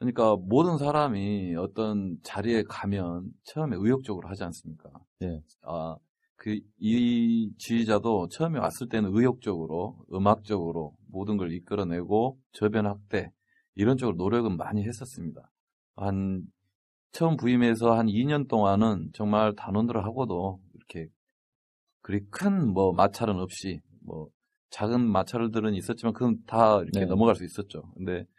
그러니까 모든 사람이 어떤 자리에 가면 처음에 의욕적으로 하지 않습니까? 네. 아, 그 이 지휘자도 처음에 왔을 때는 의욕적으로, 음악적으로 모든 걸 이끌어내고 저변 확대, 이런 쪽으로 노력은 많이 했었습니다. 한 처음 부임해서 한 이 년 동안은 정말 단원들하고도 이렇게 그리 큰 뭐 마찰은 없이 뭐 작은 마찰들은 있었지만 그건 다 이렇게 네. 넘어갈 수 있었죠. 근데